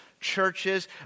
churches